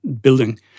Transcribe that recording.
building